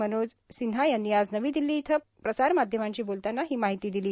मनोज सिन्हा यांनी आज नवी दिल्ली इथं प्रसार माध्यमांशी बोलताना ही माहिती दिली